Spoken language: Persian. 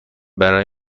برای